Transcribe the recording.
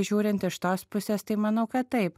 žiūrint iš tos pusės tai manau kad taip